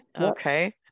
okay